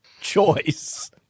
choice